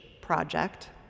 Project